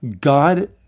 God